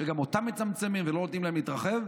וגם אותם מצמצמים ולא נותנים להם להתרחב.